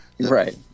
right